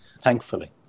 thankfully